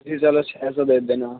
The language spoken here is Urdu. جی چلو چھے سو دے دینا